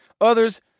others